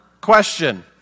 question